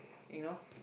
you know